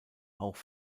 auch